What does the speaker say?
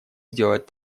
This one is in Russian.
сделать